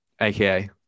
AKA